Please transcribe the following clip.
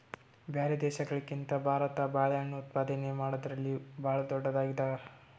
ಬ್ಯಾರೆ ದೇಶಗಳಿಗಿಂತ ಭಾರತ ಬಾಳೆಹಣ್ಣು ಉತ್ಪಾದನೆ ಮಾಡದ್ರಲ್ಲಿ ಭಾಳ್ ಧೊಡ್ಡದಾಗ್ಯಾದ